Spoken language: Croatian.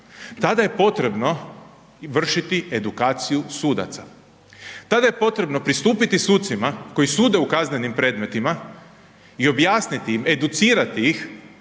tada je potrebno vršiti edukaciju sudaca, tada je potrebno pristupiti sucima koji sude u kaznenim predmetima i objasniti im, educirati ih